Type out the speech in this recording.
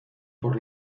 por